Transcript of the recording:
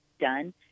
done